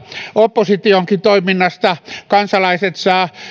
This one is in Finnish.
oppositionkin toiminnasta kansalaiset saavat